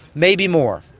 maybe more.